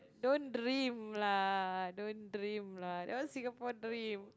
don't dream lah don't dream lah that one Singapore dream